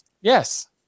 Yes